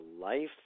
life